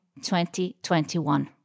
2021